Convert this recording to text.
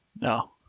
No